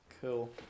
Cool